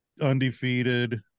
Undefeated